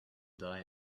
die